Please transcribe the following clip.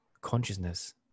consciousness